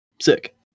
Sick